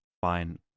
fine